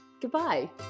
Goodbye